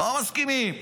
לא מסכימים.